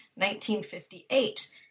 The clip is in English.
1958